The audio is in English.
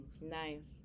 Nice